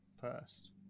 first